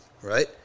right